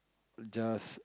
just